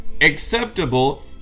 acceptable